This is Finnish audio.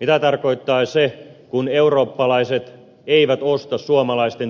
mitä tarkoittaa se kun eurooppalaiset eivät osta suomalaisten työntekijöitten tuotteita